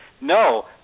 no